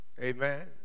Amen